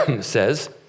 says